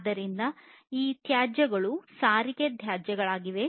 ಆದ್ದರಿಂದ ಈ ತ್ಯಾಜ್ಯಗಳು ಸಾರಿಗೆ ತ್ಯಾಜ್ಯಗಳಾಗಿವೆ